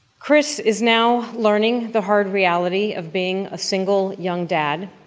chris is now learning the hard reality of being a single young dad,